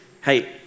hey